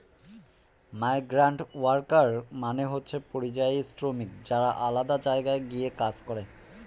migrant worker মানে হচ্ছে পরিযায়ী শ্রমিক যারা আলাদা জায়গায় গিয়ে কাজ করে